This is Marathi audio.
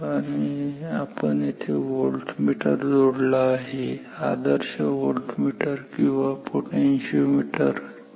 तर आपण येथे व्होल्टमीटर जोडला आहे आदर्श व्होल्टमीटर किंवा एक पोटेन्शिओमीटर ठीक आहे